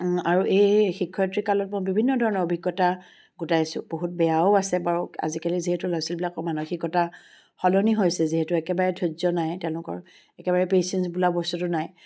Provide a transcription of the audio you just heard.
আৰু এই শিক্ষয়ত্ৰী কালত মই বিভিন্ন ধৰণৰ অভিজ্ঞতা গোটাইছোঁ বহুত বেয়াও আছে বাৰু আজিকালি যিহেতু ল'ৰা ছোৱালীবিলাকৰ মানসিকতা সলনি হৈছে যিহেতু একেবাৰে ধৈৰ্য্য নাই তেওঁলোকৰ একেবাৰে পেইচেঞ্চ বোলা বস্তুটো নাই